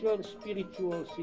spiritual